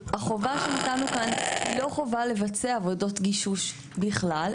החובה שנתנו כאן היא לא חובה לבצע עבודות גישוש בכלל,